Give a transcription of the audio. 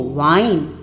wine